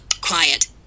Quiet